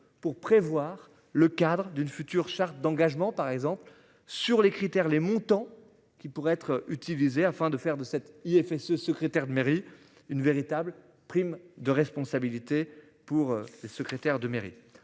pour prévoir le cadre d'une future charte d'engagement par exemple sur les critères les montants qui pourraient être utilisés afin de faire de cette. Il est fait ce secrétaire de mairie une véritable prime de responsabilité pour le secrétaire de mairie.